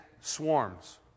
swarms